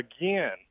again